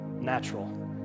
Natural